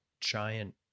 giant